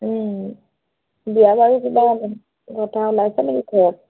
বিয়া বাৰু কিবা কথা ওলাইছে নেকি ঘৰত